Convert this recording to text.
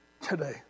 today